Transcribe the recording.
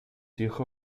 hijo